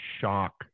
shock